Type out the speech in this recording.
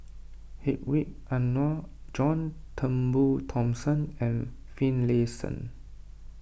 Hedwig Anuar John Turnbull Thomson and Finlayson